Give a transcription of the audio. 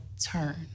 turn